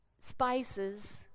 spices